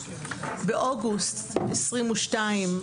באוגוסט 2022,